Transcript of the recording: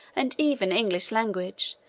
and even english language,